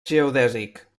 geodèsic